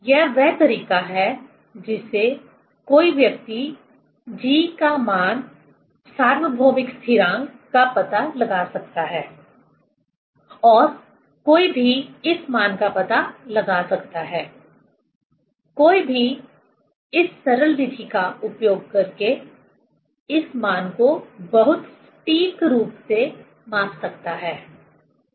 यह वह तरीका है जिससे कोई व्यक्ति g का मान सार्वभौमिक स्थिरांक का पता लगा सकता है और कोई भी इस मान का पता लगा सकता है कोई भी इस सरल विधि का उपयोग करके इस मान को बहुत सटीक रूप से माप सकता है